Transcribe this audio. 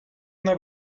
una